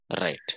Right